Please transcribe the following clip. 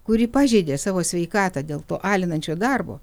kuri pažeidė savo sveikatą dėl to alinančio darbo